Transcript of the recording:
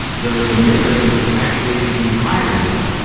the the mid range was actually the high range.